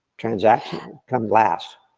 transaction comes last.